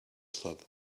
club